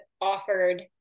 offered